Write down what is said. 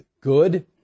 good